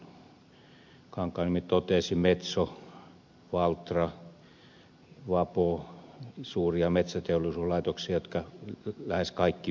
kankaanniemi totesi metso valtra vapo suuria metsäteollisuuslaitoksia jotka lähes kaikki vievät vientiin